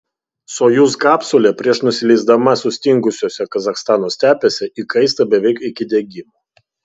sojuz kapsulė prieš nusileisdama sustingusiose kazachstano stepėse įkaista beveik iki degimo